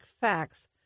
facts